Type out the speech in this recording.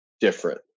different